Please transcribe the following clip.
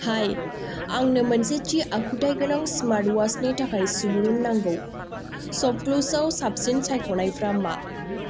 हाय आंनो मोनसे थि आखुथाय गोनां स्मार्ट वात्चनि थाखाय सुबुरुन नांगौ शपक्लुसाव साबसिन सायखनायफोरा मा